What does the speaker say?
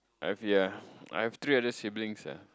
I have ya I have three other siblings sia